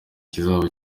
kizaba